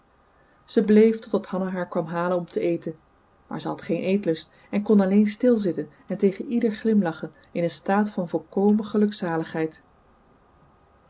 ze bleef totdat hanna haar kwam halen om te eten maar ze had geen eetlust en kon alleen stilzitten en tegen ieder glimlachen in een staat van volkomen